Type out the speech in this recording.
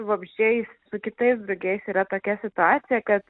vabzdžiais su kitais drugiais yra tokia situacija kad